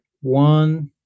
one